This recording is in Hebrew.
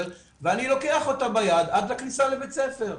ואני לוקח אותה ביד עד לכניסה לבית הספר.